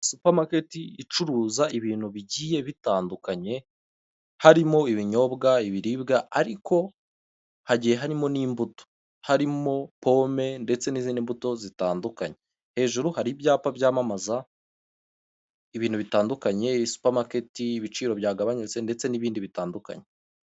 supermarket icuruza ibintu bigiye bitandukanye harimo ibinyobwa ibiribwa ariko hagiye harimo n'imbuto harimo pomme ndetse n'izindi mbuto zitandukanye hejuru hari ibyapa byamamaza ibintu bitandukanye supermarket ibiciro byagabanutse ndetse n'ibindi bitandukanye